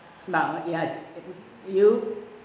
yes you